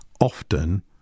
often